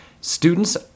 students